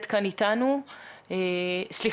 ממיקה